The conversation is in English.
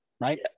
right